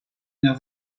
une